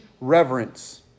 reverence